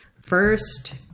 First